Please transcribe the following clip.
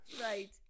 right